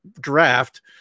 draft